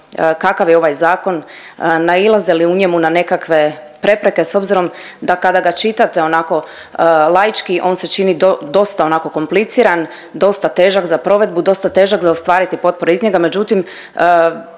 kakav je ovaj zakon, nailaze li u njemu na nekakve prepreke s obzirom da kada ga čitate onako laički, on se čini dosta onako kompliciran, dosta težak za provedbu, dosta težak za ostvariti potporu iz njega, međutim